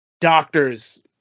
doctors